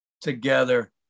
together